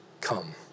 come